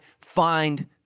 find